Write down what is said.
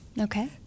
Okay